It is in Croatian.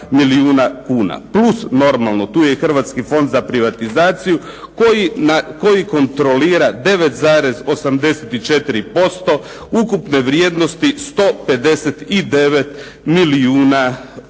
plus normalno tu je i Hrvatski fond za privatizaciju koji kontrolira 9,84% ukupne vrijednosti 159 milijuna kuna.